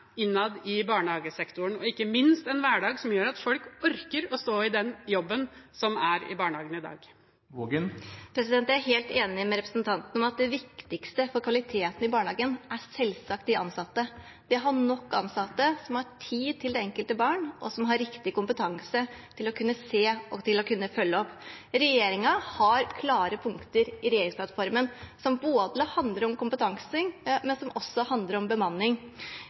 innad i barnehagesektoren, og ikke minst en hverdag som gjør at folk orker å stå i den jobben som er i barnehagen i dag? Jeg er helt enig med representanten i at det viktigste for kvaliteten i barnehagen selvsagt er de ansatte, det å ha nok ansatte som har tid til det enkelte barn, og som har riktig kompetanse til å kunne se og til å kunne følge opp. Regjeringen har klare punkter i regjeringsplattformen som handler om kompetanse, men som også handler om bemanning.